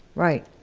right.